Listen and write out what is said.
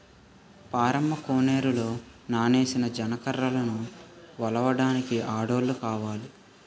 పారమ్మ కోనేరులో నానేసిన జనప కర్రలను ఒలడానికి ఆడోల్లు కావాల